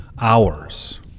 hours